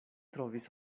trovis